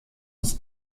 des